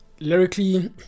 lyrically